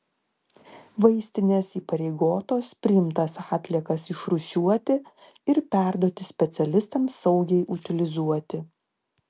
vaistinės įpareigotos priimtas atliekas išrūšiuoti ir perduoti specialistams saugiai utilizuoti